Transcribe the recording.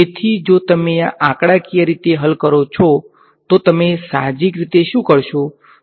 તેથી જો તમે આ આંકડાકીય રીતે હલ કરો છો તો તમે સાહજિક રીતે શું કરશો